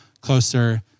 closer